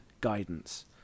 guidance